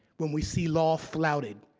when we see law flouted,